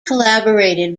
collaborated